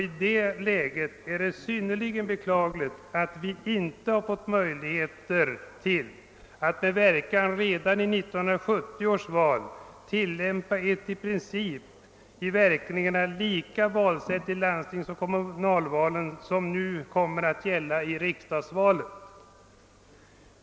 I detta läge är det synnerligen beklagligt att vi inte har fått möjlighet att med verkan redan vid 1970 års val i princip tillämpa lika valsätt i landstingsoch kommunalvalen som det som kommer att gälla vid riksdagsvalet.